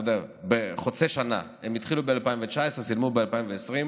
חוצה שנה, הם התחילו ב-2019 וסיימו ב-2020,